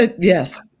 Yes